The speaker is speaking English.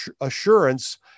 assurance